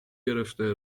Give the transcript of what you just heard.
گرفته